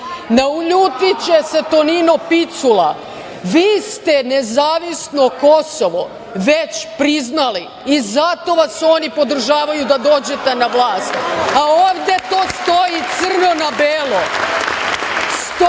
naljutiće se Tonino Picula. Vi ste nezavisno Kosovo već priznali i zato vas oni podržavaju da dođete na vlast. Ovde to stoji crno na belo.